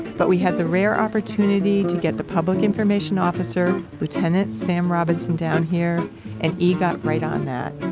but we had the rare opportunity to get the public information officer, lieutenant sam robinson, down here and e got right on that.